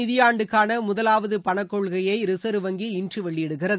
நிதியாண்டுக்கானமுதலாவதுபணக்கொள்கையைரிசா்வ் வங்கி இன்றுவெளியிடுகிறது